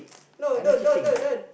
no don't don't don't